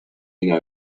mean